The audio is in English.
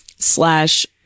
Slash